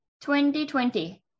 2020